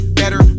better